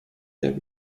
their